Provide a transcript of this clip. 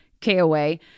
KOA